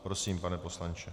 Prosím, pane poslanče.